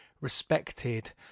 respected